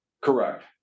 Correct